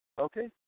Okay